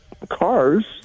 cars